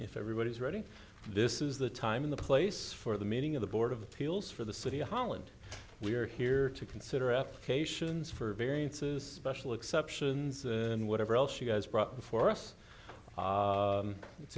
if everybody's reading this is the time in the place for the meeting of the board of appeals for the city of holland we are here to consider applications for variances special exceptions and whatever else you guys brought for us it's